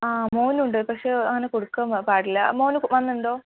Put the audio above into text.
ആ മോനുണ്ട് പക്ഷെ അവനു കൊടുക്കാൻ പാടില്ല മോൻ വന്നിട്ടുണ്ടോ